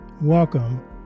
Welcome